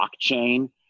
blockchain